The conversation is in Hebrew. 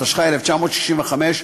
התשכ"ה 1965,